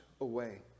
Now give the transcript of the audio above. away